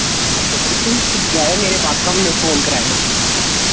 अच्छा अच्छा जाएओ मेरे बाकफ न फोन कराएओ